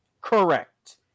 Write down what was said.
Correct